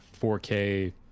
4k